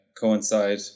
coincide